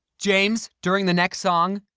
james, during the next song,